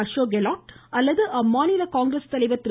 அசோக் கெலாட் அல்லது அம்மாநில காங்கிரஸ் தலைவர் திரு